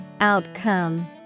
Outcome